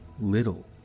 little